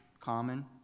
common